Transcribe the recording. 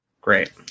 Great